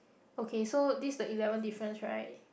okay so this the eleven difference right